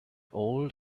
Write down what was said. old